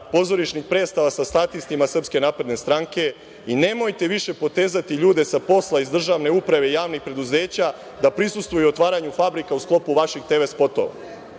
pozorišnih predstava sa statistima SNS i nemojte više potezati ljude sa posla iz državne uprave i javnih preduzeća da prisustvuju otvaranju fabrika u sklopu vaših TV spotova.